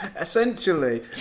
essentially